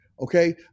okay